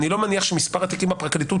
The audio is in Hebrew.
אני לא מניח שמספר התיקים בפרקליטות